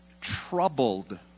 troubled